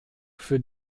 für